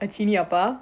a chilli ஆப்பா: aappaa